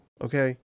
Okay